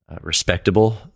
respectable